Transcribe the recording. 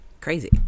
crazy